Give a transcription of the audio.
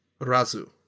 razu